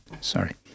Sorry